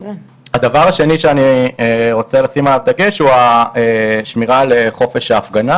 הדבר השני שאני רוצה לשים עליו דגש הוא השמירה על חופש ההפגנה